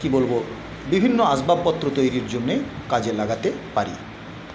কি বলবো বিভিন্ন আসবাবপত্র তৈরির জন্যে কাজে লাগাতে পারি